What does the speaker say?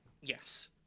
Yes